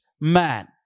man